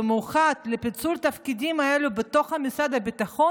במיוחד לפיצול התפקידים האלו בתוך המשרד לביטחון,